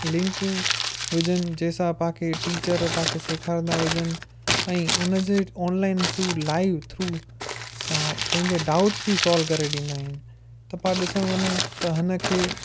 लिंकू हुजनि जंहिं सां पाण खे टीचर पंहिंखे सेखारींदा हुजनि ऐं हुनजी ऑनलाइन टू लाइव थ्रू पंहिंजा डाउट्स बि सॉलव करे ॾींदा आहिनि त पाणि ॾिसण वञू त हिनखे